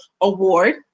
Award